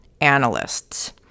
analysts